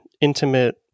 intimate